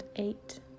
Eight